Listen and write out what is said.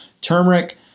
turmeric